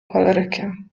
cholerykiem